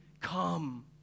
come